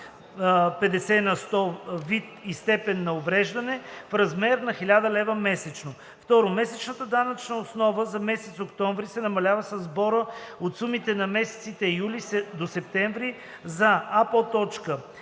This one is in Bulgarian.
50 на сто вид и степен на увреждане – в размер на 1000 лв. месечно; 2. месечната данъчна основа за месец октомври се намалява със сбора от сумите за месеците юли-септември за: